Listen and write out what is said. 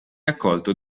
accolto